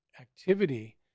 activity